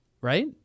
right